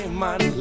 man